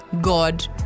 God